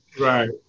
right